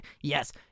Yes